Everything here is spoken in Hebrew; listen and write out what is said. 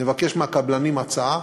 נבקש מהקבלנים הצעה,